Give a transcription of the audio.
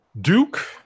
Duke